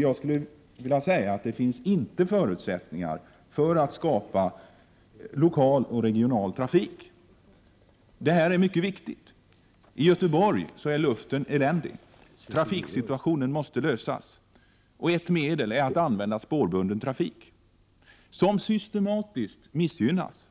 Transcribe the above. Jag skulle vilja säga att det inte finns förutsättningar för att skapa möjligheter för lokal och regional trafik. Men det här är mycket viktigt. I Göteborg är luften eländig. Trafiksituationen måste lösas. Ett medel är att använda spårbunden trafik, som systematiskt missgynnas.